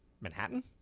Manhattan